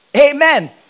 Amen